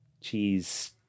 cheese